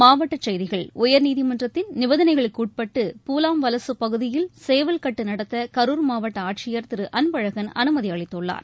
மாவட்டச்செய்திகள் உயர்நீதிமன்றத்தின் நிபந்தனைகளுக்குட்பட்டு பூலாம்வலசு பகுதியில் சேவல்கட்டு நடத்த கரூர் மாவட்ட ஆட்சியர் திரு அன்பழகன் அனுமதி அளித்துள்ளார்